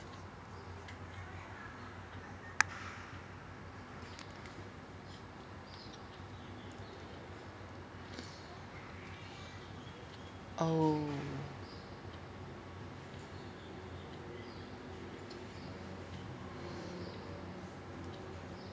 oh